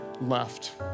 left